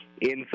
Inside